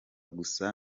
gusa